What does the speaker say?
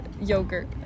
yogurt